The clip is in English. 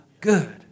good